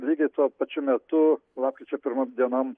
lygiai tuo pačiu metu lapkričio pirmom dienom